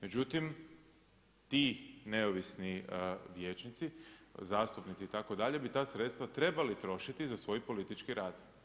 Međutim, ti neovisni vijećnici, zastupnici itd., bi ta sredstva trebali trošiti za svoj politički rad.